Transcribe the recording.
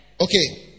Okay